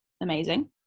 amazing